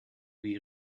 wie